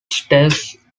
stakes